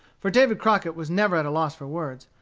for david crockett was never at a loss for words,